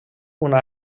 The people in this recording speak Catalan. una